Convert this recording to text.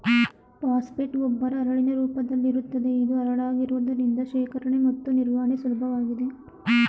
phosphate ಗೊಬ್ಬರ ಹರಳಿನ ರೂಪದಲ್ಲಿರುತ್ತದೆ ಇದು ಹರಳಾಗಿರುವುದರಿಂದ ಶೇಖರಣೆ ಮತ್ತು ನಿರ್ವಹಣೆ ಸುಲಭವಾಗಿದೆ